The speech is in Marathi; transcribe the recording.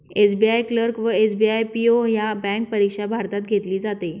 एस.बी.आई क्लर्क व एस.बी.आई पी.ओ ह्या बँक परीक्षा भारतात घेतली जाते